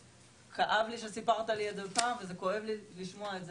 זה כאב לי שסיפרת לי את זה פעם וזה כואב לי לשמוע את השוב.